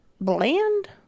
bland